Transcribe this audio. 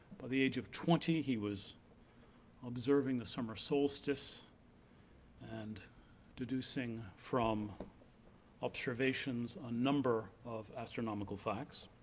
by the age of twenty, he was observing the summer solstice and deducing from observations, a number of astronomical facts.